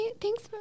thanks